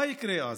/ מה יקרה אז?